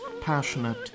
passionate